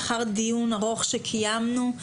לאחר דיון ארוך שקיימנו,